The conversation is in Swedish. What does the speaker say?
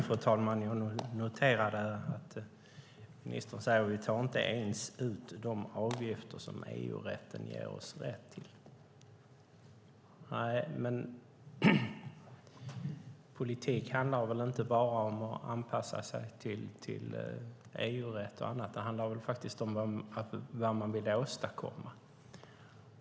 Fru talman! Jag noterade att ministern nämnde att vi inte ens tar ut de avgifter som EU-rätten ger oss rätt att ta ut. Nu handlar väl politik inte bara om att anpassa sig till EU-rätt och annat utan om vad man faktiskt vill åstadkomma?